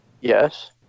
Yes